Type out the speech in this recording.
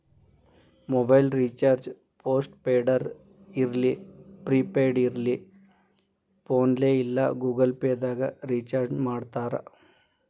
mobile recharge post ಪೇಡರ ಇರ್ಲಿ prepaid ಇರ್ಲಿ ಫೋನ್ಪೇ ಇಲ್ಲಾ ಗೂಗಲ್ ಪೇದಾಗ್ ರಿಚಾರ್ಜ್ಮಾಡ್ತಾರ